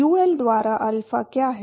you L द्वारा alpha क्या है